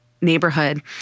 neighborhood